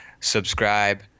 Subscribe